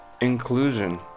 inclusion